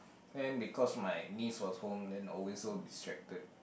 and because my niece was home then always so distracted